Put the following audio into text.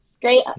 great